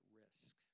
risk